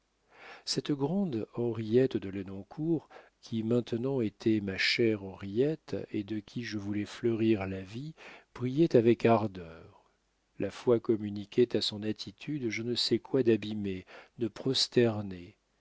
cette grande henriette de lenoncourt qui maintenant était ma chère henriette et de qui je voulais fleurir la vie priait avec ardeur la foi communiquait à son attitude je ne sais quoi d'abîmé de